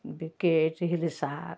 ब्रिकेट Hilsa